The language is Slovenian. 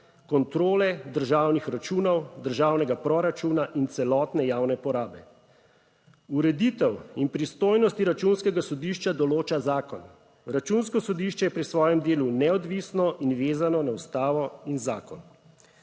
kontrole državnih računov, državnega proračuna in celotne javne porabe. Ureditev in pristojnosti Računskega sodišča določa zakon. Računsko sodišče je pri svojem delu neodvisno in vezano na ustavo in zakon.